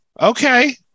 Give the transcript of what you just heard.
Okay